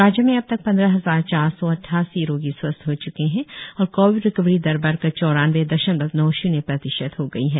राज्य में अब तक पंद्रह हजार चार सौ अद्वासी रोगी स्वस्थ हो च्के है और कोविड रिकवरी दर बढ़कर चौरानबे दशमलव नौ शून्य प्रतिशत हो गई है